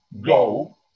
go